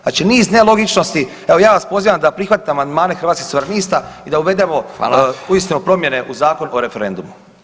Znači niz nelogičnosti, evo, ja vas pozivam da prihvatite amandmane Hrvatskih suverenista i da uvedemo [[Upadica: Hvala.]] uistinu promjene u Zakon o referendumu.